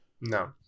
No